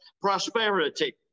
prosperity